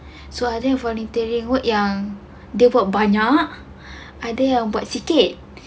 so I think volunteering work yang they work banyak ada yang buat sikit